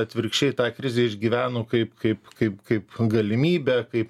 atvirkščiai tą krizę išgyveno kaip kaip kaip kaip galimybę kaip